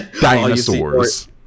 dinosaurs